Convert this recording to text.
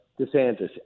DeSantis